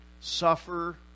suffer